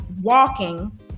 walking